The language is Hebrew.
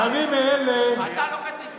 אתה לחצת יד לבן אדם שכינה שר במדינת ישראל "רוצח".